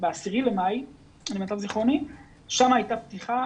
ב-10 במאי למיטב זיכרוני, שם הייתה פתיחה